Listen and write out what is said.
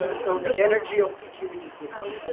ah so the energy of each image is different.